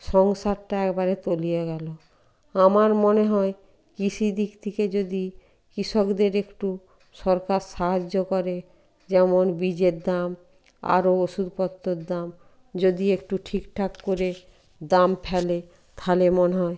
সংসারটা একবারে তলিয়ে গেলো আমার মনে হয় কৃষি দিক থেকে যদি কৃষকদের একটু সরকার সাহায্য করে যেমন বীজের দাম আরো ওষুধপত্রর দাম যদি একটু ঠিকঠাক করে দাম ফেলে তাহলে মনে হয়